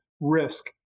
risk